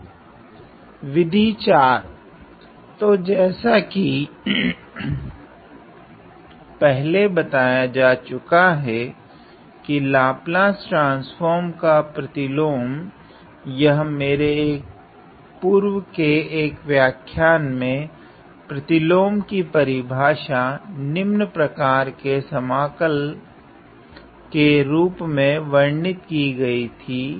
विधि 4 तो जैसा की पहले बताया जा चुका हैं की लाप्लस ट्रान्स्फ़ोर्म का प्रतिलोम यह मेरे पूर्व के एक व्याख्यान मे प्रतिलोम की परिभाषा निम्न प्रकार के समाकल के रूप मे वर्णित की गई थी